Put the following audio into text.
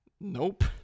Nope